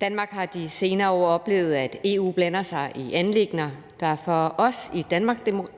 Danmark har de senere år oplevet, at EU blander sig i anliggender, der for os i